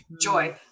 joy